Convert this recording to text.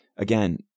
again